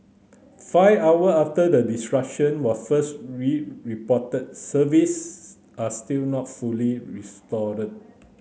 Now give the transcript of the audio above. five hour after the disruption was first reported services are still not fully restored